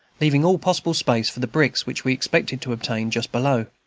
leaving all possible space for the bricks which we expected to obtain just below.